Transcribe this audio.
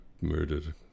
murdered